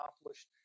accomplished